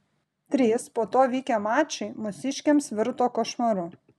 trys po to vykę mačai mūsiškiams virto košmaru